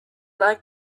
like